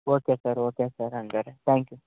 okay sir okay sir ಹಂಗಾದ್ರೆ thank you